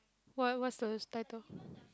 why what's the title